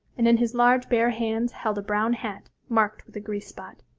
and in his large bare hands held a brown hat marked with a grease spot.